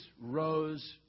rose